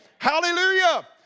Hallelujah